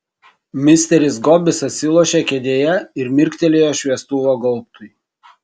misteris gobis atsilošė kėdėje ir mirktelėjo šviestuvo gaubtui